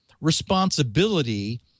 responsibility